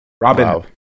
Robin